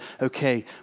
okay